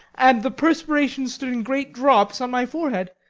and the perspiration stood in great drops on my forehead.